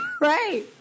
Right